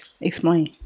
Explain